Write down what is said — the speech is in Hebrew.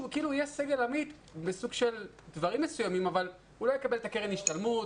יהיה סגל עמית אבל הוא לא יקבל קרן השתלמות,